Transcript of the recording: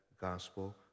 gospel